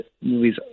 movies